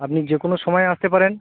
আপনি যে কোনো সময়ে আসতে পারেন